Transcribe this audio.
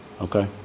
Okay